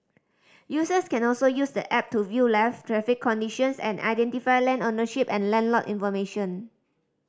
users can also use the app to view live traffic conditions and identify land ownership and land lot information